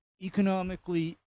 economically